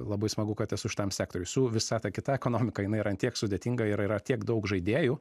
labai smagu kad esu šitam sektoriui su visa ta kita ekonomika jinai yra an tiek sudėtinga ir yra tiek daug žaidėjų